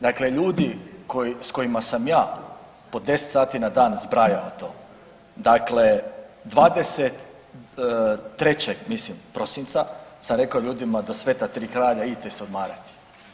Dakle ljudi koji, s kojima sam ja po 10 sati na dan zbrajao to, dakle 23., mislim, prosinca, sam rekao ljudima do Sveta tri kralja, idite se odmarati.